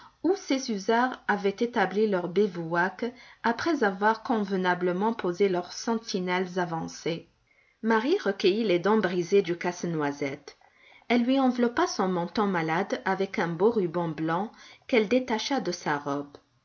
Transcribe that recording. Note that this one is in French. où ses hussards avaient établi leur bivouac après avoir convenablement posé leurs sentinelles avancées marie recueillit les dents brisées du casse-noisette elle lui enveloppa son menton malade avec un beau ruban blanc qu'elle détacha de sa robe